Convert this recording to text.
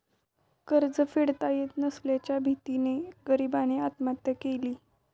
कर्ज फेडता येत नसल्याच्या भीतीने गरीबाने आत्महत्या केली